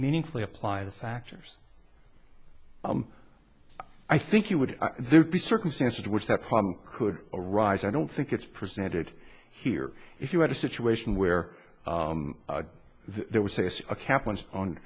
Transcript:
meaningfully apply the factors i think you would there be circumstance in which that problem could arise i don't think it's presented here if you had a situation where there was a cap once on